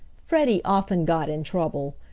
freddie often got in trouble,